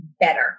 better